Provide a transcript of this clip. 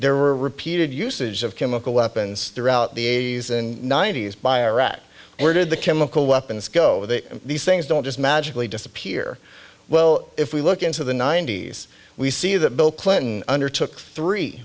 there were repeated usage of chemical weapons throughout the eighty's and ninety's by iraq where did the chemical weapons go that these things don't just magically disappear well if we look into the ninety's we see that bill clinton undertook three